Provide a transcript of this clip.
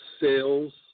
sales